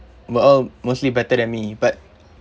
were all mostly better than me but